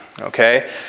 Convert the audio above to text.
Okay